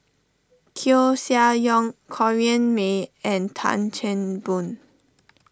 Koeh Sia Yong Corrinne May and Tan Chan Boon